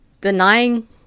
denying